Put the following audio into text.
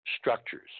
Structures